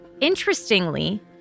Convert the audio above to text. Interestingly